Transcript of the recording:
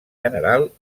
general